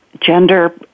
gender